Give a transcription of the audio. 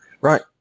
right